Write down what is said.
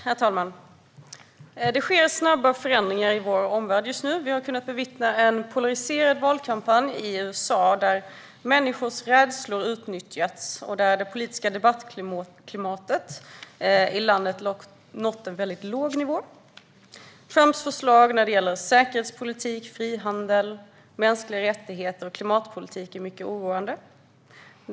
Herr talman! Det sker snabba förändringar i vår omvärld just nu. Vi har kunnat bevittna en polariserad valkampanj i USA, där människors rädslor utnyttjats och där det politiska debattklimatet nått en mycket låg nivå. Trumps förslag när det gäller säkerhetspolitik, frihandel, mänskliga rättigheter och klimatpolitik är mycket oroande.